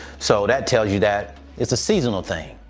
so that tells you that it's a seasonal thing.